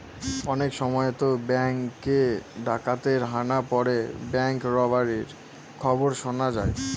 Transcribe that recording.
অনেক সময়তো ব্যাঙ্কে ডাকাতের হানা পড়ে ব্যাঙ্ক রবারির খবর শোনা যায়